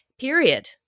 period